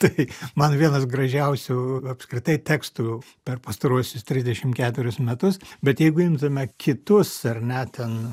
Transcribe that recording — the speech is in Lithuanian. tai man vienas gražiausių apskritai tekstų per pastaruosius trisdešimt keturis metus bet jeigu imtume kitus ar ne ten